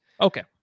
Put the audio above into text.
Okay